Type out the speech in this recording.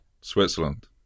Switzerland